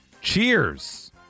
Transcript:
Cheers